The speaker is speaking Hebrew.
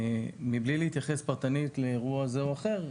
מבלי להתייחס פרטנית לאירוע זה או אחר,